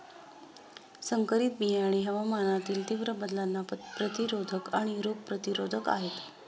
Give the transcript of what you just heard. संकरित बियाणे हवामानातील तीव्र बदलांना प्रतिरोधक आणि रोग प्रतिरोधक आहेत